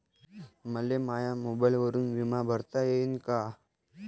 मले माया मोबाईलवरून बिमा भरता येईन का?